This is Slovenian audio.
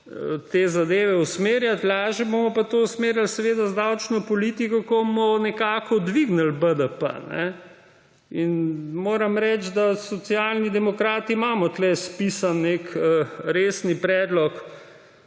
te zadeve usmerjati. Lažje bomo pa to usmerjali z davčno politiko, ko bomo nekako dvignili BDP. Moram reči, da Socialni demokrati imamo tu spisan nek resen predlog